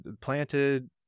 planted